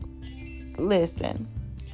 Listen